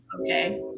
Okay